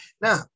Now